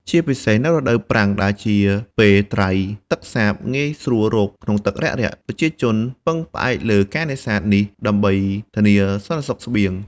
ជាពិសេសនៅរដូវប្រាំង ដែលជាពេលត្រីទឹកសាបងាយស្រួលរកក្នុងទឹករាក់ៗ ប្រជាជនពឹងផ្អែកលើការនេសាទនេះដើម្បីធានាសន្តិសុខស្បៀង។